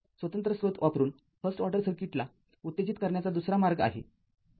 स्वतंत्र स्रोत वापरून फर्स्ट ऑर्डर सर्किटला उत्तेजित करण्याचा दुसरा मार्ग आहे